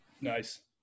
nice